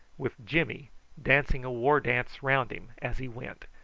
with jimmy dancing a war-dance round him as he went,